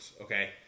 Okay